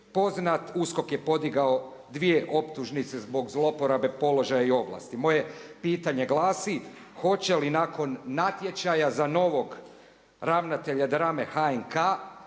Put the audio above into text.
USKOK je podigao dvije optužnice zbog zlouporabe položaja i ovlasti. Moje pitanje glasi, hoće li nakon natječaja za novog ravnatelja drame HNK